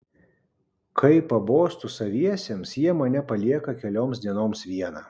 kai pabostu saviesiems jie mane palieka kelioms dienoms vieną